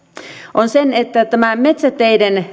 on se että metsäteiden